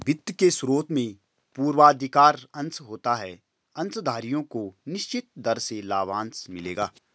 वित्त के स्रोत में पूर्वाधिकार अंश होता है अंशधारियों को निश्चित दर से लाभांश मिलेगा